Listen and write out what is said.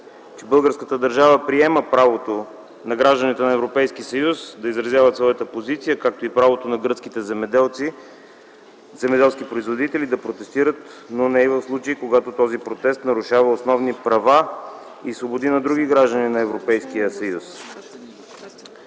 българската държава приема правото на гражданите на Европейския съюз да изразяват своята позиция, както и правото на гръцките земеделски производители да протестират, но не и в случай, когато този протест нарушава основни права и свободи на други граждани на Европейския съюз.